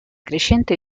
crescente